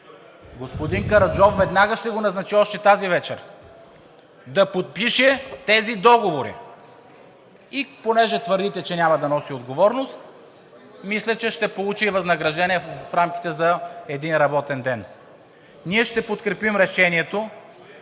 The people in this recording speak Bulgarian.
Господин Караджов веднага ще го назначи още тази вечер да подпише тези договори. И тъй като твърдите, че няма да носи отговорност, мисля, че ще получи и възнаграждение в рамките за един работен ден. Ние ще подкрепим Решението,